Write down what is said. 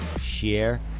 share